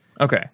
Okay